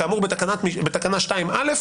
כאמור בתקנת 2 (א'),